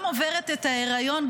גם עוברת את ההיריון,